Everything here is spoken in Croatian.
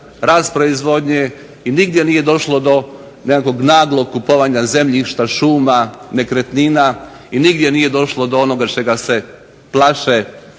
rast proizvodnje i nigdje nije došlo do nekakvog naglog kupovanja zemljišta, šuma, nekretnina i nigdje nije došlo do onoga čega se plaše